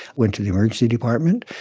went to the emergency department.